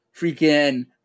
freaking